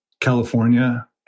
California